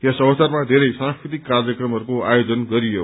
यस अवसरमा बेरै सांस्कृतिक कार्यक्रमहरूको आयोजन गरियो